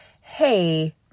hey